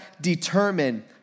determine